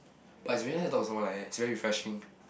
but it's very nice to talk to someone like that it's very refreshing